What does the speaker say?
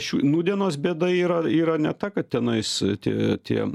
šių nūdienos bėda yra yra ne ta kad tenais tie tie